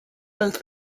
both